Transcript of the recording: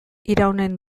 iraunen